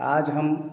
आज हम